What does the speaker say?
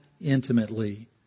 intimately